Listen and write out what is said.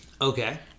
Okay